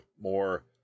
more